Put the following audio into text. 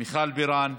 מיכל בירן,